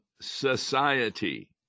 society